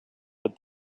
but